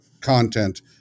content